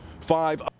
Five